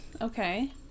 Okay